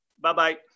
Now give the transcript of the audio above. Bye-bye